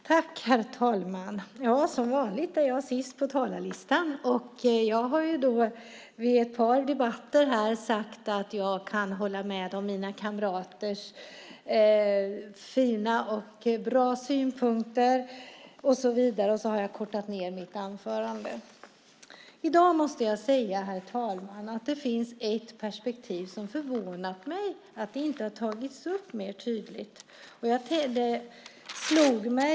Herr talman! Som vanligt är jag sist på talarlistan, och jag har vid ett par debatter här sagt att jag kan hålla med om mina kamraters fina och bra synpunkter, och så har jag kortat ned mitt anförande. I dag måste jag säga, herr talman, att det finns ett perspektiv som inte har tagits upp så tydligt, och det har förvånat mig.